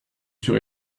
suis